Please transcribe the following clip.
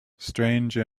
strange